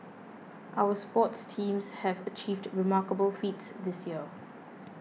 our sports teams have achieved remarkable feats this year